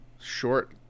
short